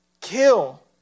kill